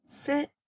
sit